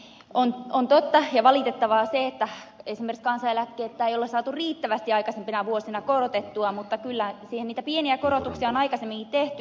on totta ja valitettavaa se että esimerkiksi kansaneläkettä ei ole saatu riittävästi aikaisempina vuosina korotettua mutta kyllä siihen niitä pieniä korotuksia on aikaisemminkin tehty